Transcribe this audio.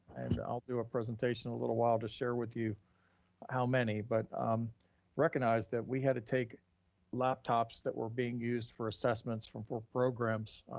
and i'll do a presentation in a little while to share with you how many, but recognize that we had to take laptops that we're being used for assessments from full programs,